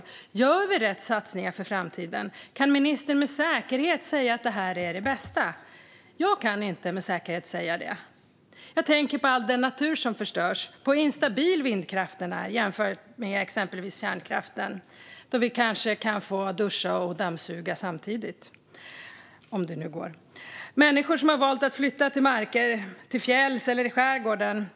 Gör vi rätt satsningar för framtiden? Kan ministern med säkerhet säga att detta är det bästa? Jag kan inte med säkerhet säga det. Jag tänker på all den natur som förstörs och på hur instabil vindkraften är jämfört med exempelvis kärnkraften när det handlar om att vi ska kunna duscha och dammsuga samtidigt, om det nu går. Många människor har valt att flytta till marker till fjälls eller i skärgården.